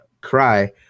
Cry